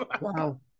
Wow